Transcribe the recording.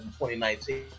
2019